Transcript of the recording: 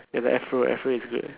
ya the afro afro is good